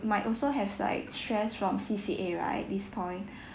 might also have like stress from C_C_A right this point